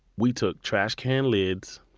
we took trash can lids,